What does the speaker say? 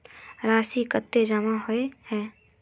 राशि कतेक जमा होय है?